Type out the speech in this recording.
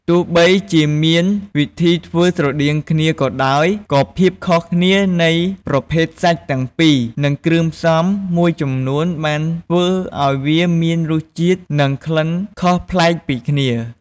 ទោះបីជាមានវិធីធ្វើស្រដៀងគ្នាក៏ដោយ ក៏ភាពខុសគ្នានៃប្រភេទសាច់ទាំងពីរ និងគ្រឿងផ្សំមួយចំនួនបានធ្វើឱ្យវាមានរសជាតិ និងក្លិនខុសប្លែកពីគ្នា។